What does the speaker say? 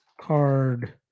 card